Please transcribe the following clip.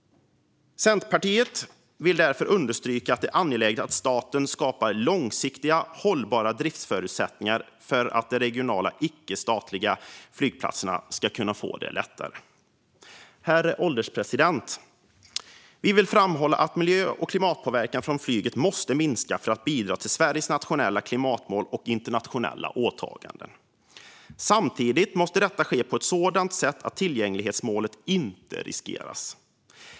Centerpartiet vill därför understryka att det är angeläget att staten skapar långsiktiga hållbara driftsförutsättningar för att de regionala icke-statliga flygplatserna ska få det lättare. Herr ålderspresident! Vi vill framhålla att miljö och klimatpåverkan från flyget måste minska för att bidra till Sveriges nationella klimatmål och internationella åtaganden. Samtidigt måste detta ske på ett sådant sätt att tillgänglighetsmålet inte riskeras.